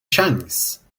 chans